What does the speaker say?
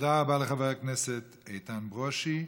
תודה רבה לחבר הכנסת איתן ברושי.